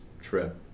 trip